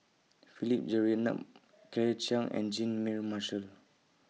Philip Jeyaretnam Claire Chiang and Jean Mary Marshall